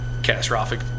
catastrophic